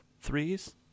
threes